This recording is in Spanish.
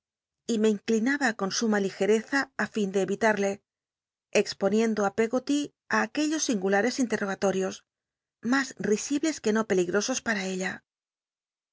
y me inclinaba con suma ligereza ü fin de critarll exponiendo i pcggoty í aquellos singulares inic j i'ogalor ios mas l'isiblcs que no peligrosos para ella